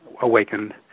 awakened